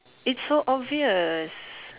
it's so obvious